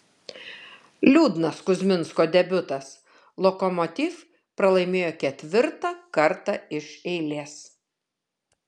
liūdnas kuzminsko debiutas lokomotiv pralaimėjo ketvirtą kartą iš eilės